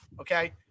Okay